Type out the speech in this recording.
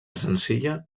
senzilla